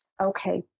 Okay